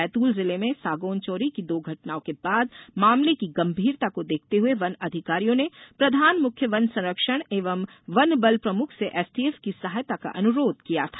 बैतूल जिले में सागौन चोरी की दो घटनाओं के बाद मामले की गंभेरता को देखते हुए वन अधिकारियों ने प्रधान मुख्य वन संरक्षक एवं वन बल प्रमुख से एसटीएफ की सहायता का अनुरोध किया था